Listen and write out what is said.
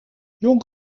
jong